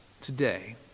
today